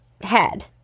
head